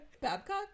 Babcock